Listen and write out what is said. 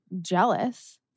jealous